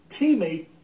teammate